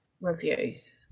reviews